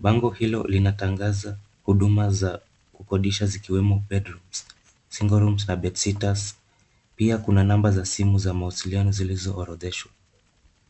Bango hilo linatangaza huduma za kukodisha zikiwemo bedrooms, single rooms na bed sitters . Pia kuna namba za simu za mawasiliano zilizoorodheshwa.